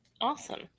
Awesome